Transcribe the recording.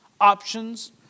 options